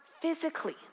physically